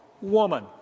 woman